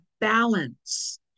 balance